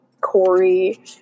Corey